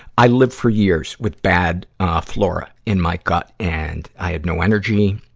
i lived for years with bad, ah, flora, in my gut. and i had no energy,